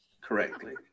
correctly